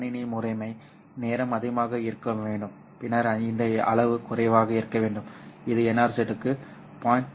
எனவே எனது கணினி முறைமை நேரம் அதிகமாக இருக்க வேண்டும் பின்னர் இந்த அளவு குறைவாக இருக்க வேண்டும் இது NRZ க்கு 0